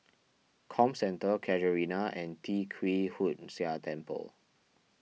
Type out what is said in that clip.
Comcentre Casuarina and Tee Kwee Hood Sia Temple